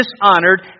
dishonored